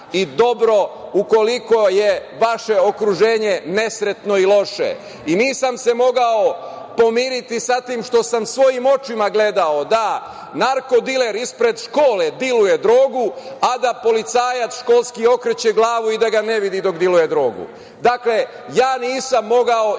i dobro ukoliko je vaše okruženje nesretno i loše. Nisam se mogao pomiriti sa tim što sam svojim očima gledao da narko diler ispred škole diluje drogu, a da policajac školski okreće glavu i da ga ne vidi dok diluje drogu. Dakle, ja nisam mogao ignorisati